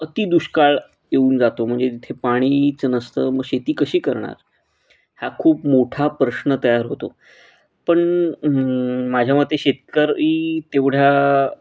अती दुष्काळ येऊन जातो म्हणजे तिथे पाणीच नसतं मग शेती कशी करणार हा खूप मोठा प्रश्न तयार होतो पण माझ्या मते शेतकरी तेवढ्या